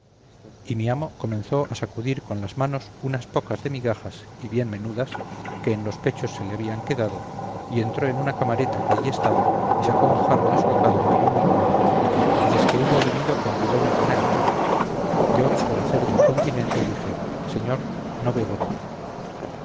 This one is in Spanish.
y mi amo comenzó a sacudir con las manos unas pocas de migajas y bien menudas que en los pechos se le habían quedado y entró en una camareta que allí estaba y sacó un jarro desbocado y no muy nuevo y desque hubo bebido convidóme con él yo por hacer del continente dije señor no bebo vino